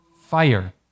fire